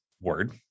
word